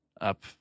up